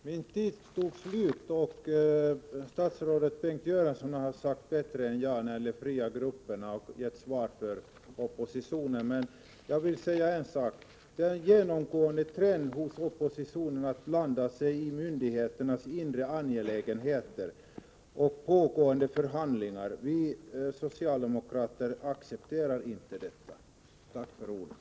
Herr talman! Eftersom min taletid tog slut tidigare, vill jag nu återkomma för att tillägga en sak, även om statsrådet Bengt Göransson bättre än jag har svarat oppositionen beträffande t.ex. de fria grupperna. Det är en genomgående trend hos oppositionen att blanda sig i myndigheternas inre angelägenheter och pågående förhandlingar. Vi socialdemokrater accepterar inte detta. Tack för ordet!